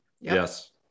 Yes